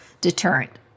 deterrent